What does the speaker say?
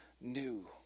new